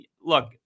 look